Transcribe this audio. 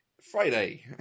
Friday